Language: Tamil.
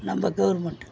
நம்ம கவுர்மெண்ட்